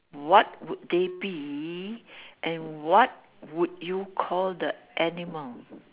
what would they be and what would you call the animal